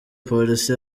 polisi